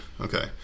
Okay